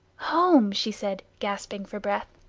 home, she said, gasping for breath.